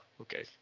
Okay